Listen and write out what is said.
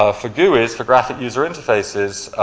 ah for gurus, for graphic user interfaces,